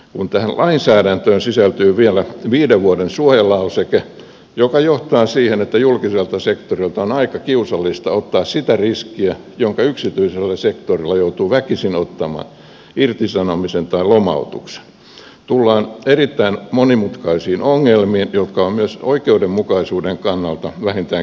kun tähän lainsäädäntöön sisältyy vielä viiden vuoden suojalauseke joka johtaa siihen että julkiselta sektorilta on aika kiusallista ottaa sitä riskiä jonka yksityisellä sektorilla joutuu väkisin ottamaan irtisanomisen tai lomautuksen tullaan erittäin monimutkaisiin ongelmiin jotka ovat myös oikeudenmukaisuuden kannalta vähintäänkin kyseenalaisia